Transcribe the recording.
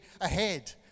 ahead